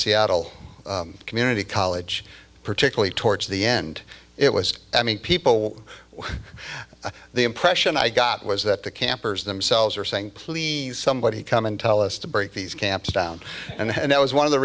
seattle community college particularly towards the end it was i mean people the impression i got was that the campers themselves are saying please somebody come and tell us to break these camps down and that was one of the